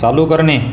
चालू करणे